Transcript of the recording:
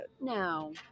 no